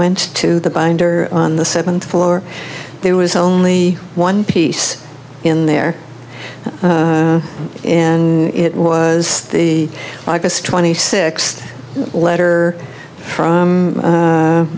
went to the binder on the seventh floor there was only one piece in there and it was the likeness twenty six letter from